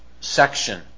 section